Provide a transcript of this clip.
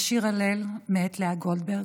ו"שיר הלל" מאת לאה גולדברג: